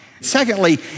Secondly